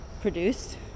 produced